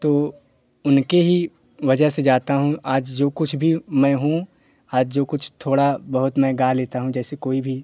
तो उनके ही वजह से जाता हूँ आज जो कुछ भी मैं हूँ आज जो कुछ थोड़ा बहुत मैं गा लेता हूँ जैसे कोई भी